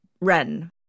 Ren